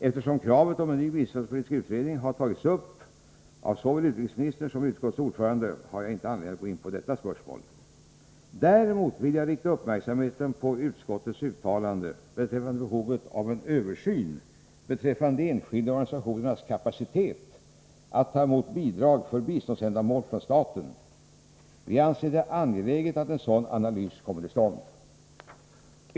Eftersom kravet på en ny biståndspolitisk utredning har tagits upp av såväl utrikesministern som utskottets ordförande har jag inte anledning att gå in på detta spörsmål. Däremot vill jag rikta uppmärksamhet på utskottets uttalande beträffande behovet av en översyn beträffande de enskilda organisationernas kapacitet att ta emot bidrag för biståndsändamål från staten. Vi anser det angeläget att en sådan analys kommer till stånd.